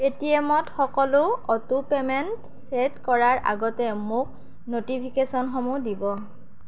পেটিএমত সকলো auto payment set কৰাৰ আগতে মোক ন'টিফিকেশ্যনসমূহ দিব